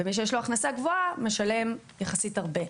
ומי שיש לו הכנסה גבוהה, משלם יחסית הרבה.